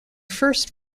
first